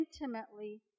intimately